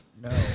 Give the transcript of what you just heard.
No